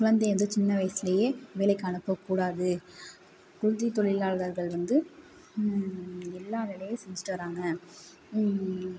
குழந்தையை வந்து சின்ன வயசுலேயே வேலைக்கு அனுப்ப கூடாது குழந்தை தொழிலாளர்கள் வந்து எல்லா வேலையும் செஞ்சிட்டுவராங்க